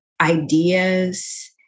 ideas